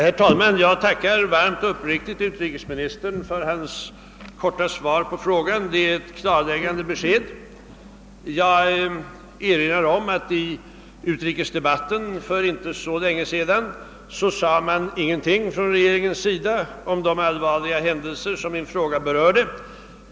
Herr talman! Jag tackar utrikesministern varmt och uppriktigt för hans korta svar på min fråga. Det var ett klarläggande besked. Jag erinrar om att i utrikesdebatten för inte så länge sedan sade man från regeringen ingenting om de allvarliga händelser som min fråga berörde.